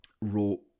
wrote